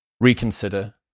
reconsider